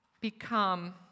become